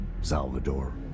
Salvador